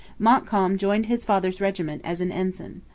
montcalm joined his father's regiment as an ensign.